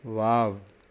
wow